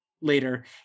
later